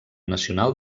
nacional